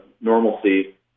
normalcy